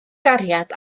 gariad